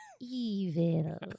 Evil